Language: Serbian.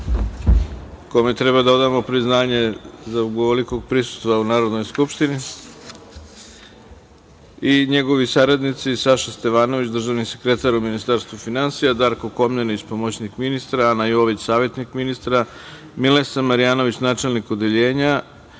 kome treba da odamo priznanje zbog ovolikog prisustva u Narodnoj skupštini i njegovi saradnici Saša Stevanović, državni sekretar u Ministarstvu finansija, Darko Komnenić, pomoćnik ministra, Ana Jović, savetnik ministra, Milesa Marjanović, načelnik odeljenja,